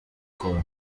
col